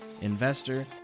investor